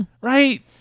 right